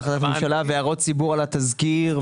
את המקרה הסיעודי הכנסת.